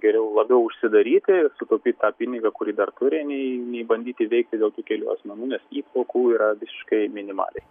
geriau labiau užsidaryti sutaupyt tą pinigą kurį dar turi nei nei bandyti veikti dėl tų kelių asmenų nes įplaukų yra visiškai minimaliai